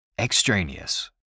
Extraneous